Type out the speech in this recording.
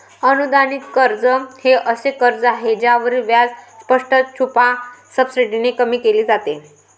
अनुदानित कर्ज हे असे कर्ज आहे ज्यावरील व्याज स्पष्ट, छुप्या सबसिडीने कमी केले जाते